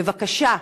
בבקשה,